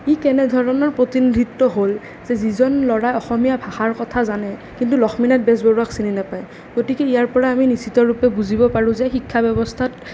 ই কেনেধৰণৰ প্ৰতিনিধিত্ব হ'ল যে যিজন ল'ৰাই অসমীয়া ভাষাৰ কথা জানে কিন্তু লক্ষ্মীনাথ বেজবৰুৱাক চিনি নাপায় গতিকে ইয়াৰপৰা আমি নিশ্চিতৰূপে বুজিব পাৰোঁ যে শিক্ষা ব্যৱস্থাত